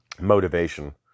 motivation